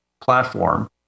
platform